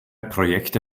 projekte